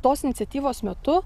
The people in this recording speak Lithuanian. tos iniciatyvos metu